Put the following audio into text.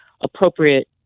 appropriate